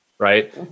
Right